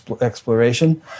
exploration